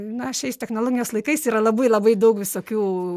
na šiais technologijos laikais yra labai labai daug visokių